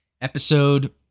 episode